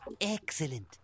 Excellent